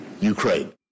Ukraine